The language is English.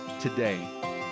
today